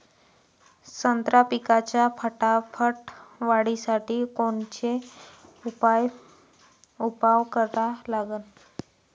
संत्रा पिकाच्या फटाफट वाढीसाठी कोनचे उपाव करा लागन?